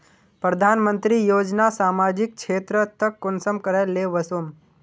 प्रधानमंत्री योजना सामाजिक क्षेत्र तक कुंसम करे ले वसुम?